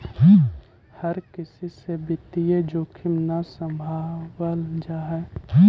हर किसी से वित्तीय जोखिम न सम्भावल जा हई